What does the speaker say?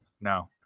No